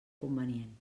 convenient